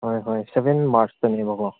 ꯍꯣꯏ ꯍꯣꯏ ꯁꯦꯚꯦꯟ ꯃꯥꯔꯁꯇꯅꯦꯕꯀꯣ